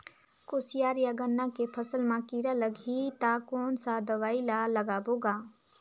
कोशियार या गन्ना के फसल मा कीरा लगही ता कौन सा दवाई ला लगाबो गा?